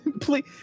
Please